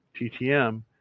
TTM